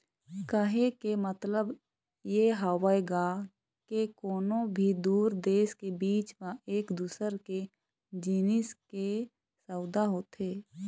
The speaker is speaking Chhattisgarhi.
कहे के मतलब ये हवय गा के कोनो भी दू देश के बीच म एक दूसर के जिनिस के सउदा होथे